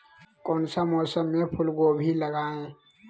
कौन सा मौसम में फूलगोभी लगाए?